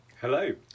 Hello